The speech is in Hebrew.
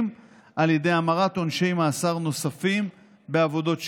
על ידי המרת עונשי מאסר נוספים בעבודות שירות.